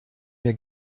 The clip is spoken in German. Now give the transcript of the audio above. mir